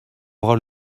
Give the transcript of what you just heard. aura